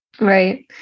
Right